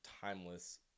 timeless